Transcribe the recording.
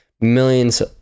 millions